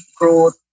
growth